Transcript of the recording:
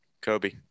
kobe